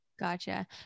Gotcha